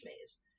maze